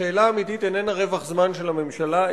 השאלה האמיתית איננה רווח זמן של הממשלה,